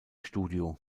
studio